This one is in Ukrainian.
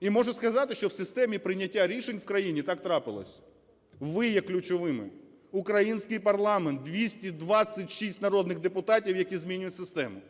І можу сказати, що в системі прийняття рішень в країні, так трапилось, ви є ключовими - український парламент, 226 народних депутатів, які змінюють систему.